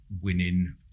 winning